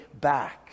back